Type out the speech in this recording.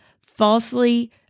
falsely